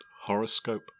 Horoscope